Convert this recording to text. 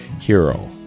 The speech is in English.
Hero